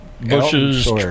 bushes